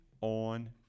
on